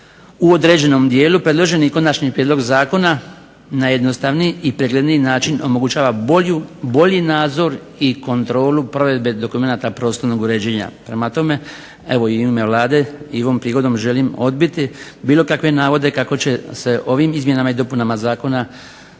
u određenom dijelu predloženi konačni prijedlog zakona na jednostavniji i pregledniji način omogućava bolji nadzor i kontrolu provedbe dokumenata prostornog uređenja. Prema tome, u ime Vlade i ovom prigodom želim odbiti bilo kakve navode kako će se ovim izmjenama i dopunama zakona